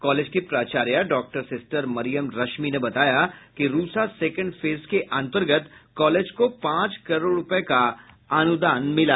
college की प्राचार्या doctor sister Mariam Rashmi ने बताया कि रूसा सेकेंड फेज के अंतर्गत कॉलेज को पांच करोड़ रूपये का अनुदान मिला है